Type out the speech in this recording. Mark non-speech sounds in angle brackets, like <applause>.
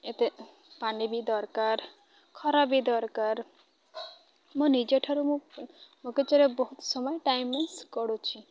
ଏତେ ପାନି ବି ଦରକାର ଖରା ବି ଦରକାର ମୋ ନିଜ ଠାରୁ ମୁଁ <unintelligible> ବହୁତ ସମୟ ଟାଇମ୍ <unintelligible> କରୁଛି